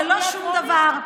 ללא שום דבר,